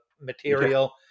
material